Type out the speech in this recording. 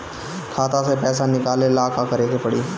खाता से पैसा निकाले ला का करे के पड़ी?